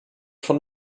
von